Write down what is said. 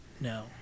No